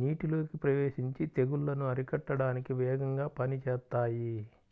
నీటిలోకి ప్రవేశించి తెగుల్లను అరికట్టడానికి వేగంగా పనిజేత్తాయి